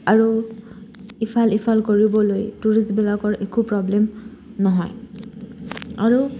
আৰু ইফাল সিফাল কৰিবলৈ টুৰিষ্টবিলাকৰ একো প্ৰব্লেম নহয় আৰু